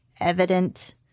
evident